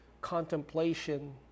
contemplation